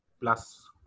plus